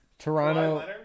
Toronto